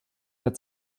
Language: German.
der